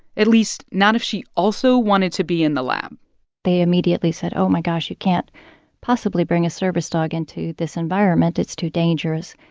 at least not if she also wanted to be in the lab they immediately said oh, my gosh, you can't possibly bring a service dog into this environment. it's too dangerous.